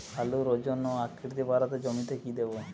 আলুর ওজন ও আকৃতি বাড়াতে জমিতে কি দেবো?